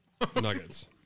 nuggets